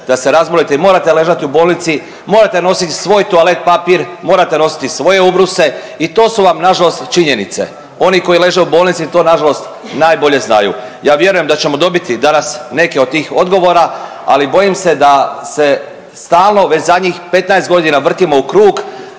da se razbolite i morate ležati u bolnici morate nositi svoj toalet papir, morate nositi svoje ubruse i to su vam na žalost činjenice. Oni koji leže u bolnici to na žalost najbolje znaju. Ja vjerujem da ćemo dobiti danas neke od tih odgovora, ali bojim se da se stalno već zadnjih 15 godina vrtimo u krug,